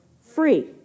free